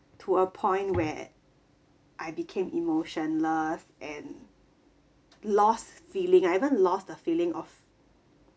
to a point where I became emotionless and lost feeling I haven't lost a feeling of